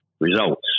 results